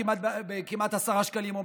כמעט 10 שקלים,